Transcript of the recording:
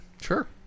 Sure